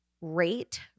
rate